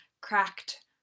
cracked